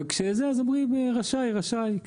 וכשזה, אומרים רשאי, רשאי.